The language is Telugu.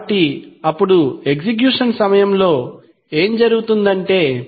కాబట్టి అప్పుడు ఎక్సిక్యూషన్ సమయంలో ఏమి జరుగుతుందంటే